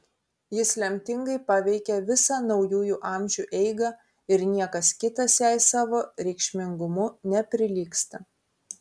jis lemtingai paveikė visą naujųjų amžių eigą ir niekas kitas jai savo reikšmingumu neprilygsta